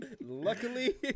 Luckily